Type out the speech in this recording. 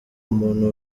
muntu